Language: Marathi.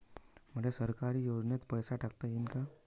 मले सरकारी योजतेन पैसा टाकता येईन काय?